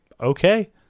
okay